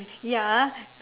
ya